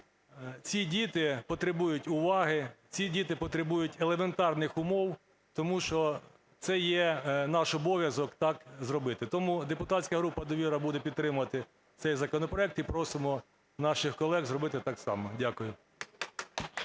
ці діти потребують уваги, ці діти потребують елементарних умов, тому що це є наш обов'язок так зробити. Тому депутатська група "Довіра" буде підтримувати цей законопроект, і просимо наших колег зробити так само. Дякую.